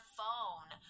phone